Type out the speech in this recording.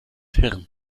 hirn